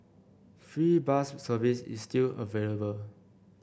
free bus service is still available